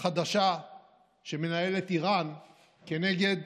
החדשה שמנהלת איראן נגד